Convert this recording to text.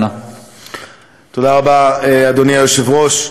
תודה רבה, אדוני היושב-ראש.